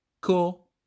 cool